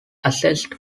assessed